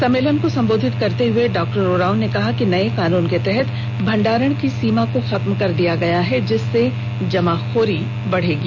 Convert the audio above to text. सम्मलेन को सम्बोधित करते हुए डॉ उरांव ने आरोप लगाया कि नए कानून के तहत भंडारण की सीमा को खत्म कर दिया गया है जिससे जमाखोरी बढ़ेगी